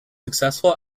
successful